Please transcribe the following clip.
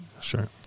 Sure